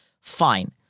Fine